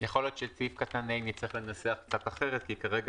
להיות שאת סעיף קטן (ו) נצטרך לנסח קצת אחרת כי כרגע